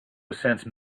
sense